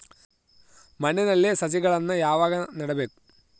ಮಣ್ಣಿನಲ್ಲಿ ಸಸಿಗಳನ್ನು ಯಾವಾಗ ನೆಡಬೇಕು?